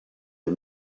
des